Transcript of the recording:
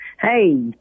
Hey